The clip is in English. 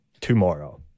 tomorrow